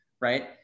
right